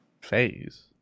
Phase